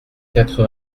quatre